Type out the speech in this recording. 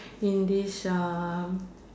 in this uh